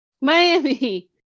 Miami